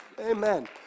amen